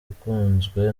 ukunzwe